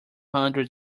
hundred